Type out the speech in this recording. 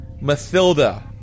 Mathilda